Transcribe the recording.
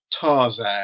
Tarzan